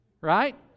right